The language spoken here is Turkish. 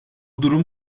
durum